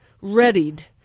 readied